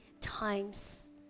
times